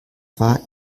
war